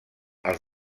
els